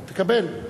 תקבל.